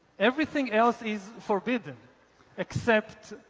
everything else is forbidden except,